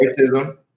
racism